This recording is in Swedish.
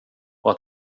att